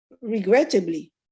regrettably